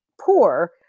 poor